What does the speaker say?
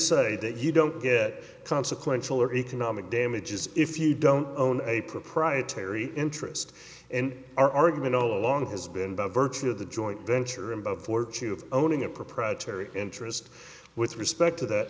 say that you don't get consequential or economic damages if you don't own a proprietary interest and our argument all along has been by virtue of the joint venture in both fortune of owning a proprietary interest with respect to that